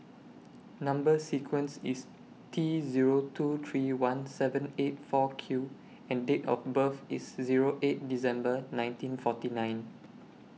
Number sequence IS T Zero two three one seven eight four Q and Date of birth IS Zero eight December nineteen forty nine